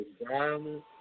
environment